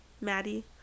Maddie